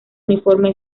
uniforme